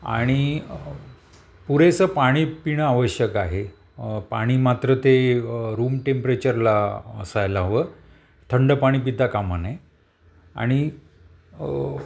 आणि पुरेसं पाणी पिणं आवश्यक आहे पाणी मात्र ते रूम टेम्परेचरला असायला हवं थंड पाणी पिता कामा नये आणि